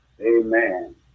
Amen